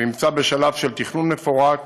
ונמצא בשלב של תכנון מפורט,